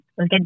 Okay